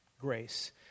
grace